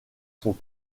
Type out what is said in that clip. sont